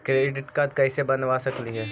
Credit card कैसे बनबा सकली हे?